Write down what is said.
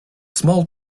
small